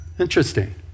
Interesting